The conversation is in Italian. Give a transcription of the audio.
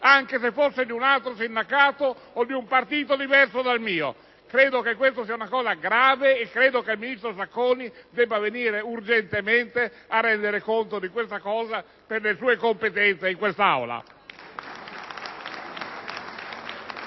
anche se fossero di un altro sindacato o di un partito diverso dal mio! Credo sia una vicenda grave e che il ministro Sacconi debba venire urgentemente a renderne conto, per le sue competenze, in quest'Aula.